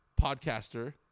podcaster